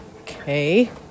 Okay